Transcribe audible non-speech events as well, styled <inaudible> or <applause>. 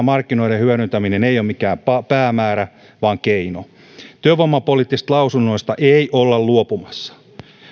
<unintelligible> markkinoiden hyödyntäminen ei ole mikään päämäärä vaan keino työvoimapoliittisista lausunnoista ei olla luopumassa